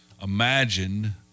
imagine